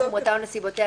חומרתה או נסיבותיה,